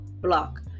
block